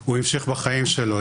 שהוא המשיך בחיים שלו.